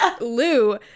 Lou